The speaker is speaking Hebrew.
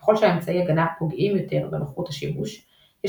ככל שהאמצעי ההגנה פוגעים יותר בנוחות השימוש יש